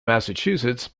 massachusetts